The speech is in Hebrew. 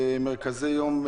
מרכזי יום,